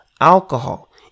alcohol